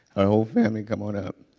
her whole family, come on up.